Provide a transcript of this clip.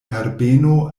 herbeno